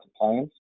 compliance